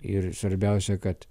ir svarbiausia kad